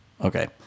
okay